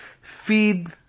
feed